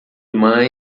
mãe